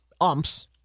umps